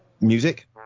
Music